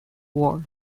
war